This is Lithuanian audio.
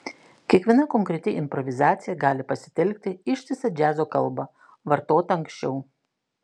kiekviena konkreti improvizacija gali pasitelkti ištisą džiazo kalbą vartotą anksčiau